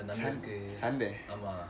sunday sunday